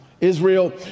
Israel